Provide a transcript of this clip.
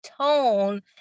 tone